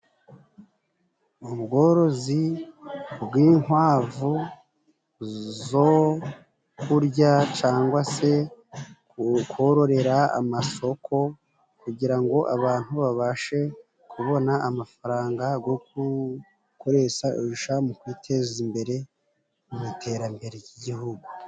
Ubworozi bw'inkwavu zo kurya cangwa se kororera amasoko kugira ngo abantu babashe kubona amafaranga go gukoresha mu kwiteza imbere mu iterambere ry'Igihugu.